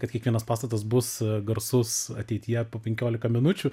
kad kiekvienas pastatas bus garsus ateityje po penkiolika minučių